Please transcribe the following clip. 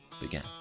began